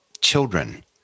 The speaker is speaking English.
children